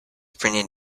printed